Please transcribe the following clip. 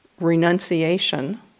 renunciation